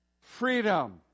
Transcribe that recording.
freedom